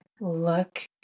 look